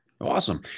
Awesome